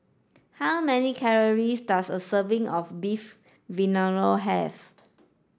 how many calories does a serving of Beef Vindaloo have